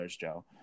Joe